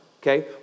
okay